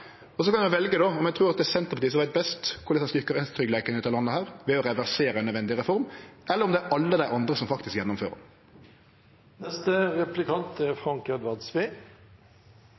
Så kan ein velja om ein trur det er Senterpartiet som veit best korleis ein skal styrkje rettstryggleiken i dette landet, ved å reversere ei nødvendig reform, eller om det er alle dei andre, som faktisk gjennomfører